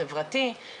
שלום לכולם,